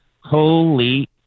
Holy